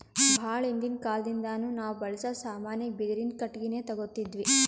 ಭಾಳ್ ಹಿಂದಿನ್ ಕಾಲದಿಂದಾನು ನಾವ್ ಬಳ್ಸಾ ಸಾಮಾನಿಗ್ ಬಿದಿರಿನ್ ಕಟ್ಟಿಗಿನೆ ತೊಗೊತಿದ್ವಿ